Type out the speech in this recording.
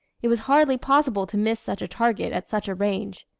it was hardly possible to miss such a target at such a range.